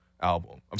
album